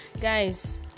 guys